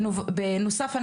בנוסף,